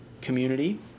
community